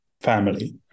family